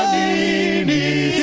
a